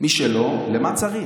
מי שלא, למה צריך?